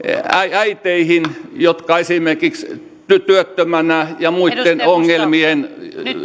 äiteihin jotka esimerkiksi työttöminä ja muitten ongelmien